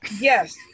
Yes